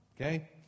Okay